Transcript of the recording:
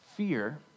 Fear